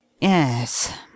Yes